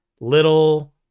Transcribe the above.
little